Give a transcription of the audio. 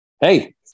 Hey